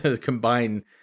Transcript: combine